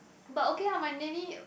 but okay lah my nanny